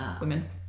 women